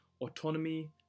autonomy